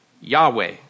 Yahweh